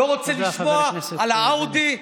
לא רוצה לשמוע על האאודי.